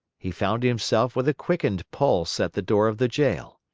he found himself with a quickened pulse at the door of the jail.